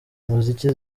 umuziki